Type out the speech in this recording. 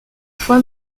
fois